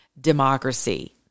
democracy